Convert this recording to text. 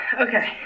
Okay